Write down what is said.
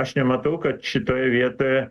aš nematau kad šitoje vietoje